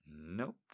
Nope